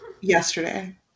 yesterday